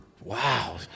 wow